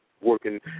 working